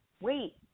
Wait